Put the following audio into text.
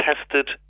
tested